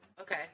Okay